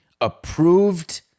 approved